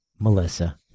Melissa